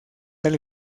del